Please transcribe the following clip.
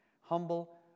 Humble